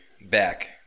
Back